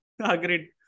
Agreed